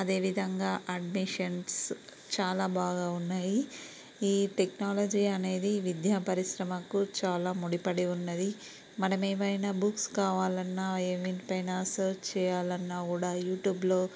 అదే విధంగా అడ్మిషన్స్ చాలా బాగా ఉన్నాయి ఈ టెక్నాలజీ అనేది విద్యా పరిశ్రమకు చాలా ముడిపడి ఉన్నది మనమేమైనా బుక్స్ కావాలన్నా ఏమి పైనా సర్చ్ చేయాలన్నా కూడా యూట్యూబ్లో